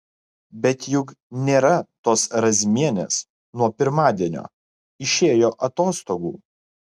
bet juk nėra tos razmienės nuo pirmadienio išėjo atostogų